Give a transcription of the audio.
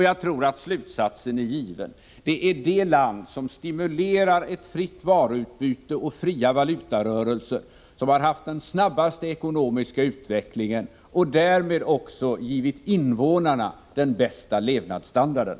Jag tror att slutsatsen är given: Det är det land som stimulerar ett fritt varuutbyte och fria valutarörelser som har haft den snabbaste ekonomiska utvecklingen och därmed också givit invånarna den högsta levnadsstandarden.